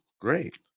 great